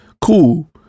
Cool